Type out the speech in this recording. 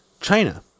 China